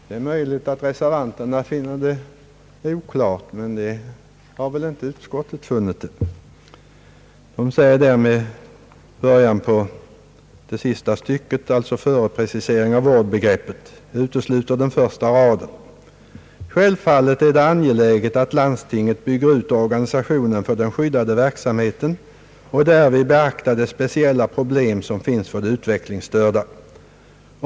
Det är möjligt att reservanterna finner det oklart, men det har väl inte utskottet funnit. Där sägs i det sista stycket före rubriken »Precisering av vårdbegreppet»: »Självfallet är det angeläget att landstingen bygger ut organisationen för den skyddade verksamheten och därvid beaktar de speciella problem som finns för de utvecklingsstörda.